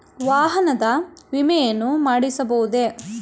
ವಾಹನದ ವಿಮೆಯನ್ನು ಮಾಡಿಸಬಹುದೇ?